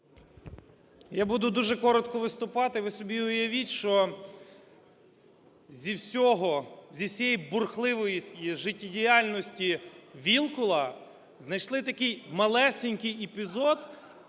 Я буду дуже коротко виступати. Ви собі уявіть, що зі всього, зі всієї бурхливої життєдіяльності Вілкула знайшли такий малесенький епізод,